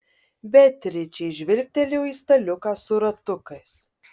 beatričė žvilgtelėjo į staliuką su ratukais